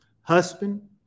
husband